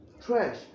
trash